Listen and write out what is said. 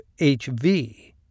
HV